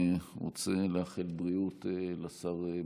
אני רוצה לאחל בריאות לשר ביטון.